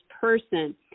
person